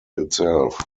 itself